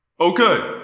Okay